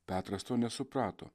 petras to nesuprato